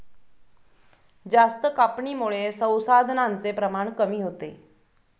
जास्त कापणीमुळे संसाधनांचे प्रमाण कमी होते